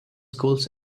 schools